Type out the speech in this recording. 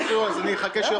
תתחילו ואני אחכה.